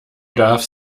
darf